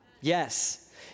yes